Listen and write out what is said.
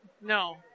No